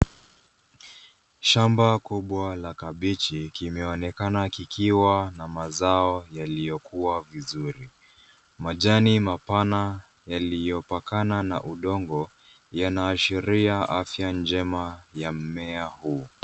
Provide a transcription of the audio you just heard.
Shamba kubwa la kabichi kimeonekana kikiwa na mazao yaliyokua vizuri. Majani mapana yaliyopakana na udongo yanaashiria afya njema ya mmea huu.